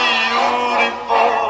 beautiful